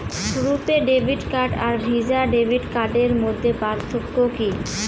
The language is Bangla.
রূপে ডেবিট কার্ড আর ভিসা ডেবিট কার্ডের মধ্যে পার্থক্য কি?